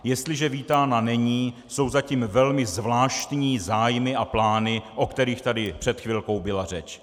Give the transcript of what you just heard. Jestliže vítána není, jsou za tím velmi zvláštní zájmy a plány, o kterých tady před chvilkou byla řeč.